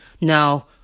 no